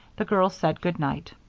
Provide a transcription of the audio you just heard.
the girls said good-night.